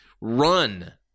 run